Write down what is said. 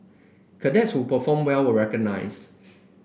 cadets who performed well were recognised